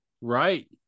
Right